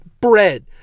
bread